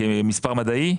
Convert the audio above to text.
כמספר מדעי?